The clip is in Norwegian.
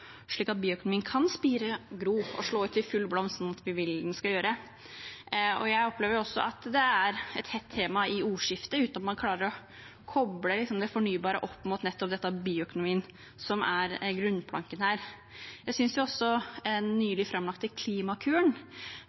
slik at bioøkonomien kan spire, gro og slå ut i full blomst – slik vi vil at den skal gjøre. Jeg opplever også at det er et hett tema i ordskiftet, uten at man klarer å koble det fornybare opp mot nettopp bioøkonomien, som er grunnplanken her. Jeg synes at den nylig